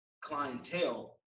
clientele